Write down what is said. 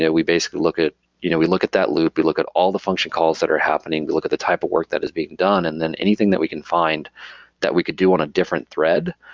we basically look at you know we look at that loop, we look at all the function calls that are happening, we look at the type of work that is being done and then anything that we can find that we could do on a different thread,